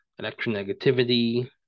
electronegativity